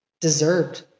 deserved